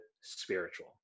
spiritual